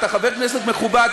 אתה חבר כנסת מכובד,